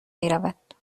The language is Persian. میرود